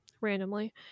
randomly